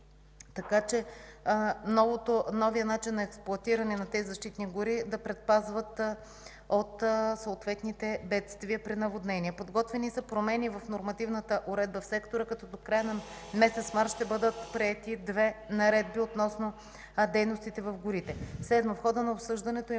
басейни. Новият начин на експлоатиране на тези защитни гори е да предпазват от съответните бедствия при наводнения. Подготвени са промени в нормативната уредба в сектора, като до края на месец март ще бъдат приети две наредби относно дейностите в горите. (Председателят